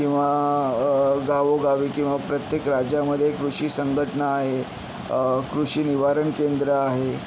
किंवा गावोगावी किंवा प्रत्येक राज्यामध्ये कृषी संघटना आहे कृषी निवारण केंद्र आहे